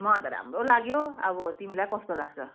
मलाई त राम्रो लाग्यो अब तिमीलाई कस्तो लाग्छ